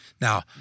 Now